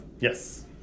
Yes